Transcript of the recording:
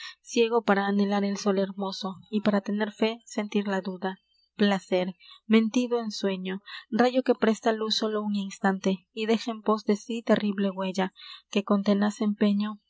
ciego para anhelar el sol hermoso y para tener fé sentir la duda placer mentido ensueño rayo que presta luz sólo un instante y deja en pos de sí terrible huella que con tenaz empeño